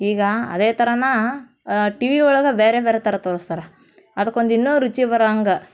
ಈಗ ಅದೇ ಥರನೇ ಟಿ ವಿ ಒಳಗೆ ಬೇರೆ ಬೇರೆ ಥರ ತೋರ್ಸ್ತಾರೆ ಅದಕ್ಕೊಂದು ಇನ್ನೂ ರುಚಿ ಬರೋ ಹಂಗೆ